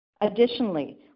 Additionally